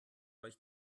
euch